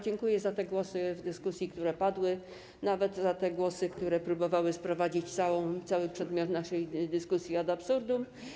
Dziękuję za głosy w dyskusji, które padły, nawet za te głosy, które próbowały sprowadzić cały przedmiot naszej dyskusji ad absurdum.